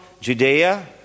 Judea